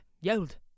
yelled